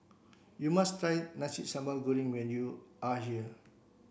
you must try Nasi Sambal Goreng when you are here